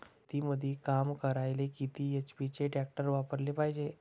शेतीमंदी काम करायले किती एच.पी चे ट्रॅक्टर वापरायले पायजे?